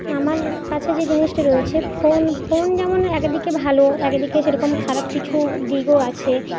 আমার কাছে যে জিনিসটা রয়েছে ফোন ফোন যেমন একদিকে ভালো একদিকে সেরকম খারাপ কিছু দিকও আছে